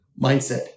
mindset